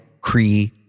Cree